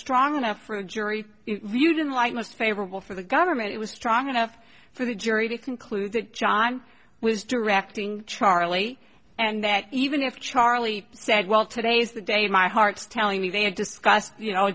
strong enough for a jury in light most favorable for the government it was strong enough for the jury to conclude that john was directing charlie and that even if charlie said well today's the day of my heart telling me they had discussed you know